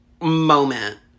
Moment